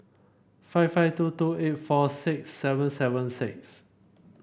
five five two two eight four six seven seven six